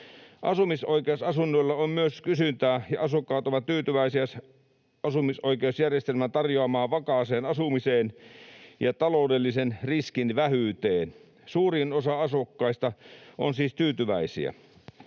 Asumisoikeusasunnoille on myös kysyntää, ja asukkaat ovat tyytyväisiä asumisoikeusjärjestelmän tarjoamaan vakaaseen asumiseen ja taloudellisen riskin vähyyteen. Suurin osa asukkaista on siis tyytyväisiä.